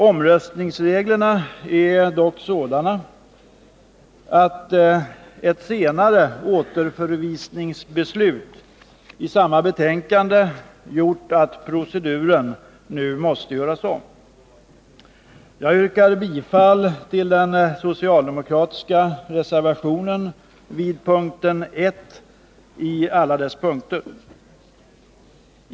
Omröstningsreglerna är dock sådana att ett senare återförvisningsbeslut i voteringen om samma betänkande gjort att proceduren nu måste göras om. Jag yrkar bifall till den socialdemokratiska reservationen vid punkt 1, samtliga moment.